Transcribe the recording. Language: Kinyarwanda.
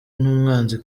n’umwanzi